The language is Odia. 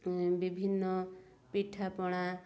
ବିଭିନ୍ନ ପିଠାପଣା